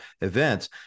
events